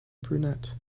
brunette